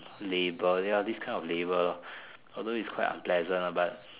labour ya this kind of labour although it's quite unpleasant lah but